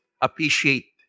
appreciate